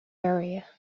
area